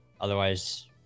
Otherwise